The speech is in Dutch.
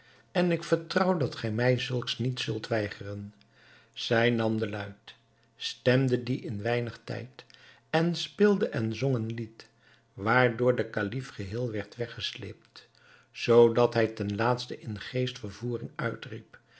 en ik vertrouw dat gij mij zulks niet zult weigeren zij nam de luit stemde die in weinig tijd en speelde en zong een lied waardoor de kalif geheel werd weggesleept zoodat hij ten laatste in geestvervoering uitriep